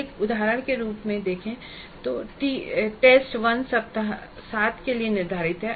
एक उदाहरण के रूप में हमने देखा कि T1 सप्ताह 7 के लिए निर्धारित है